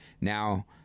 now